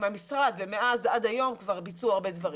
המשרד ומאז עד היום כבר ביצעו הרבה דברים.